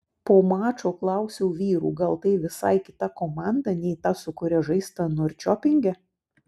po mačo klausiau vyrų gal tai visai kita komanda nei ta su kuria žaista norčiopinge